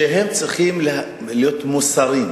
חיים אורון,